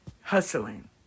hustling